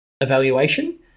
evaluation